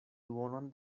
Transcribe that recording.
duonon